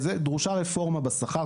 דרושה רפורמה בשכר,